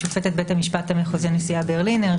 שופטת בית המשפט המחוזי הנשיאה ברלינר,